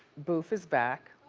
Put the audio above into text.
boof is back.